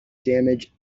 damage